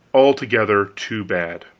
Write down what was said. altogether too bad.